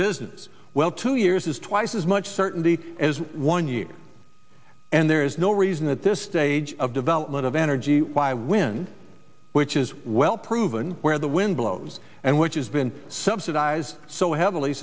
business well two years is twice as much certainty as one year and there is no reason at this stage of development of energy why wind which is well proven where the wind blows and which is been subsidized so heavily